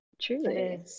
Truly